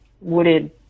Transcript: wooded